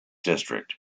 district